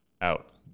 out